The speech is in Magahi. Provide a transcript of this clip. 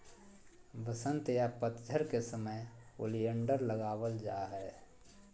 वसंत या पतझड़ के समय ओलियंडर लगावल जा हय